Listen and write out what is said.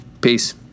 Peace